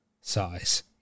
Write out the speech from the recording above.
size